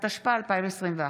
התשפ"א 2021,